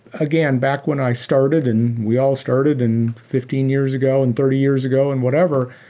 again, back when i started and we all started in fifteen years ago, in thirty years ago and whatever,